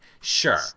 Sure